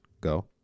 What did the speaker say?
Go